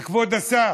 וכבוד השר,